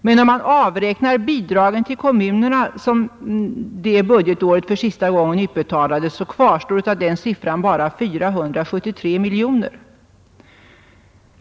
Men om man avräknar bidragen till kommunerna, som utbetalades för sista gången under det budgetåret, kvarstår av den siffran bara 473 miljoner.